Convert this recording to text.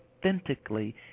authentically